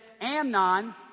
Amnon